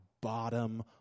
bottom